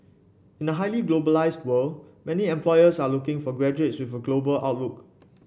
in a highly globalised world many employers are looking for graduates with a global outlook